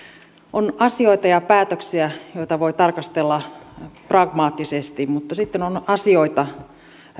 on asioita ja päätöksiä joita voi tarkastella pragmaattisesti mutta sitten on asioita